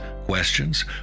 questions